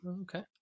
Okay